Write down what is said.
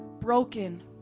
broken